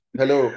hello